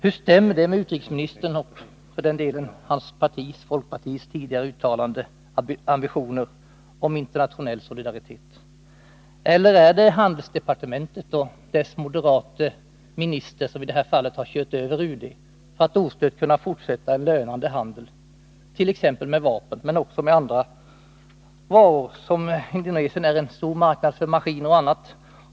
Hur stämmer det med utrikesministerns och hans partis, folkpartiets, tidigare uttalade ambitioner om internationell solidaritet? Eller är det handelsdepartementet och dess moderate minister som i detta fall har kört över utrikesdepartementet, för att ostört kunna fortsätta en lönande handel, t.ex. med vapen? Men även andra varor är aktuella. Indonesien är en stor marknad för maskiner och annat.